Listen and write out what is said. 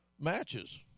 matches